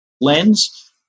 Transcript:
lens